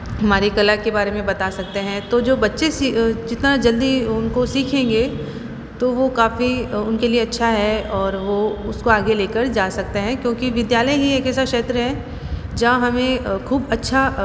हमारे कला के बारे में बता सकते हैं तो जो बच्चे सी जितना जल्दी उनको सीखेंगे तो वो काफ़ी उनके लिए अच्छा है और वो उसको आगे लेकर जा सकते हैं क्योंकि विद्यालय ही एक ऐसा क्षेत्र है जहाँ हमें खूब अच्छा